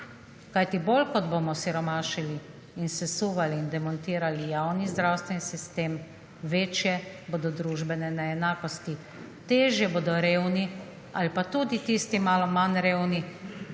Kajti bolj kot bomo siromašili in sesuvali in demontirali javni zdravstveni sistem večje bodo družbene neenakosti. Težje bodo revni ali pa tudi tisti malo manj revni,